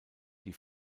die